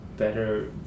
better